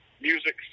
music